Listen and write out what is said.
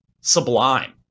sublime